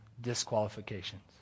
disqualifications